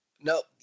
No